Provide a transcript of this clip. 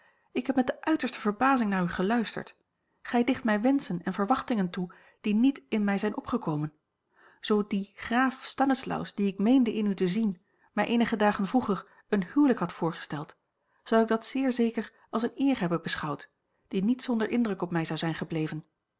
ik heb met de uiterste verbazing naar u geluisterd gij dicht mij wenschen en verwachtingen toe die niet in mij zijn opgekomen zoo die graaf stanislaus dien ik meende in u te zien mij eenige dagen vroeger een huwelijk had voorgesteld zou ik dat zeer zeker als eene eer hebben beschouwd die niet zonder indruk op mij zou zijn gebleven